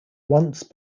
once